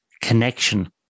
connection